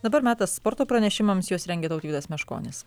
dabar metas sporto pranešimams juos rengė tautvydas meškonis